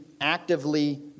actively